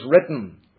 written